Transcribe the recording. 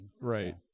right